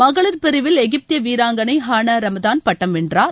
மகளிர் பிரிவில் எகிப்திய வீராங்கனை ஹானா ரமதான் பட்டம் வென்றார்